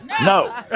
No